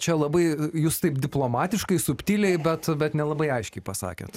čia labai jūs taip diplomatiškai subtiliai bet bet nelabai aiškiai pasakėt